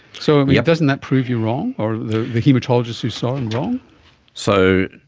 so yeah doesn't that prove you wrong or the the haematologists who saw and so